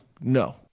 no